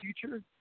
future